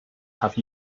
have